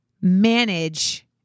manage